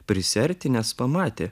prisiartinęs pamatė